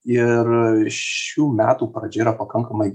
ir šių metų pradžia yra pakankamai